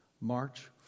March